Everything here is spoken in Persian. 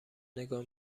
نگاه